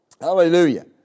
Hallelujah